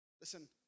Listen